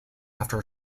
after